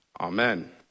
Amen